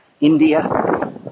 India